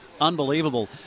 Unbelievable